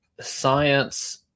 science